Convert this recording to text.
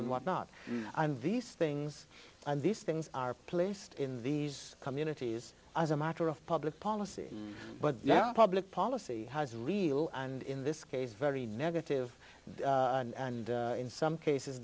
and whatnot these things and these things are placed in these communities as a matter of public policy but now public policy has real and in this case very negative and in some cases